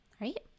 Right